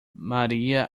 maria